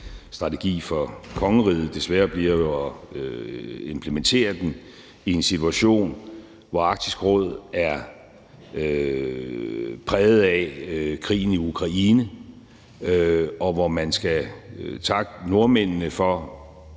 strategi for kongeriget. Det svære bliver jo at implementere den i en situation, hvor Arktisk Råd er præget af krigen i Ukraine, og hvor man skal takke nordmændene for